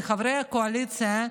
מחברי הקואליציה,